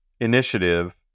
initiative